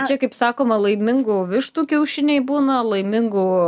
čia kaip sakoma laimingų vištų kiaušiniai būna laimingų